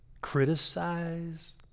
criticize